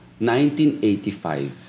1985